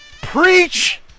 Preach